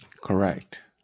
correct